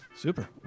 super